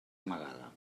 amagada